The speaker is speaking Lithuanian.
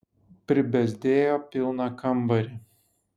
pribezdėjo pilną kambarį